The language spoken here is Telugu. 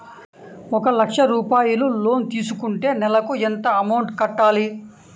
ఒక లక్ష రూపాయిలు లోన్ తీసుకుంటే నెలకి ఎంత అమౌంట్ కట్టాలి?